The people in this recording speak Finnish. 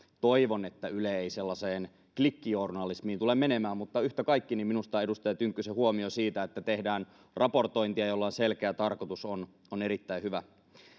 toivon että yle ei sellaiseen klikkijournalismiin tule menemään mutta yhtä kaikki minusta edustaja tynkkysen huomio siitä että tehdään raportointia jolla on selkeä tarkoitus on on erittäin hyvä